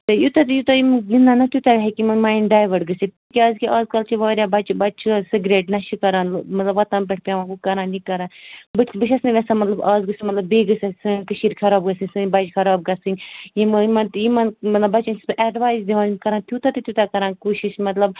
بیٚیہِ یوٗتاہ تہٕ یوٗتاہ یِم گِنٛدَن نَہ تیوٗتاہ ہٮ۪کہِ یِمَن مایِنٛڈ ڈایوٲٹ گٔژھِتھ کیٛازکہِ آز کَل چھِ واریاہ بَچہٕ بَچہٕ چھِ حظ سِگریٹ نَشہٕ کَران مطلب وَتَن پٮ۪ٹھ پٮ۪وان ہُہ کَران یہِ کَران بہٕ بہٕ چھَس نہٕ یَژھان مطلب آز گژھِ مطلب بیٚیہِ گٔژھِنۍ سٲنۍ کٔشیٖرۍ خراب گَژھٕنۍ سٲنۍ بَچہٕ خراب گَژھٕنۍ یِم یِمَن تہِ یِمَن مطلب بَچَن چھَس بہٕ اٮ۪ڈوایِس دِوان یِم کَرَن تیوٗتاہ تہٕ تیوٗتاہ کَرَن کوٗشِش مطلب